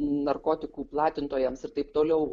narkotikų platintojams ir taip toliau